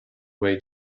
way